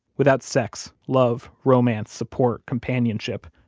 without sex, love, romance, support, companionship,